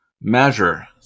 measure